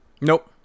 nope